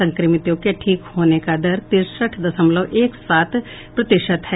संक्रमितों के ठीक होने का दर तिरसठ दशमलव एक सात प्रतिशत है